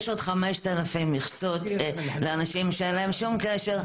יש עוד 5,000 מכסות לאנשים שאין להם שום קשר.